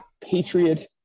Patriot